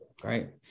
Great